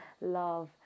love